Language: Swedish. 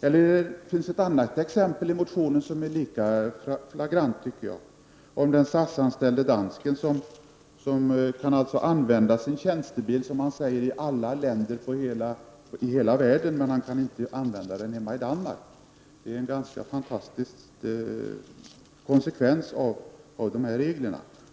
Det finns ett annat exempel i motionen som jag tycker är lika flagrant. Det handlar om den SAS-anställde dansken som kan använda sin tjänstebil i alla länder i hela världen utom hemma i Danmark. Det är en fantastisk konsekvens av dessa regler.